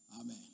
Amen